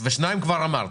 ושניים כבר אמרת.